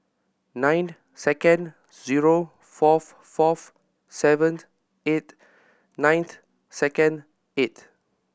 ninth second zero fourth fourth seventh eighth ninth second eighth